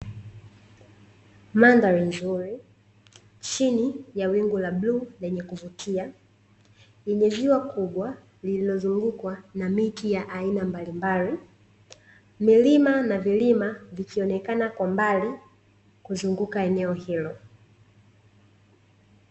Mandhari nzuri chini ya wingu la bluu lenye kuvutia, yenye ziwa kubwa lililozungukwa na miti ya aina mbalimbali, milima na vilima vikionekana kwa mbali, kuzunguka eneo hilo.